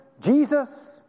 Jesus